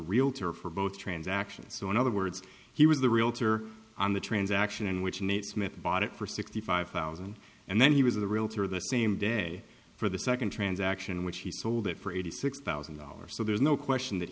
realtor for both transactions so in other words he was the realtor on the transaction in which nate smith bought it for sixty five thousand and then he was a realtor the same day for the second transaction which he sold it for eighty six thousand dollars so there's no question that